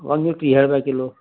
टीह रुपिए किलो